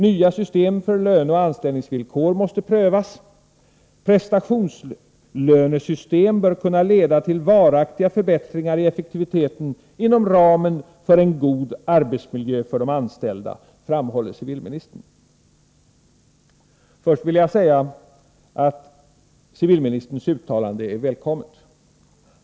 Nya system för löne .och:anställningsvillkor måste prövas, Prestationslönesystem bör kunna leda till varaktiga förbättringar: effektiviteten inom ramen för en god arbetsmiljö för de anställda, framhåller civilministern, Först 'vill jag säga att.detta civilministerns uttalande är välkommet.